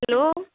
hello